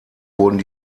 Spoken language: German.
wurden